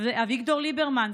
אביגדור ליברמן,